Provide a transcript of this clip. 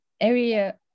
area